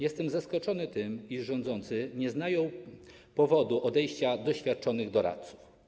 Jestem zaskoczony tym, iż rządzący nie znają powodu odejścia doświadczonych doradców.